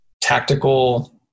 tactical